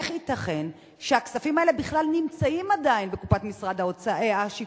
איך ייתכן שהכספים האלה בכלל נמצאים עדיין בקופת משרד השיכון?